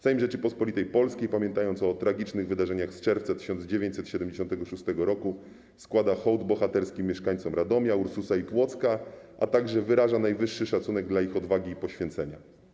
Sejm Rzeczypospolitej Polskiej, pamiętając o tragicznych wydarzeniach z czerwca 1976 roku, składa hołd bohaterskim mieszkańcom Radomia, Ursusa i Płocka, a także wyraża najwyższy szacunek dla ich odwagi i poświęcenia.